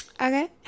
Okay